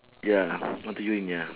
ya want to urine ya